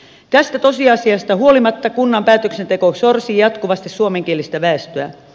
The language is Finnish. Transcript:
tästä tosiasiasta huolimatta kunnan päätöksenteko sorsii jatkuvasti suomenkielistä väestöä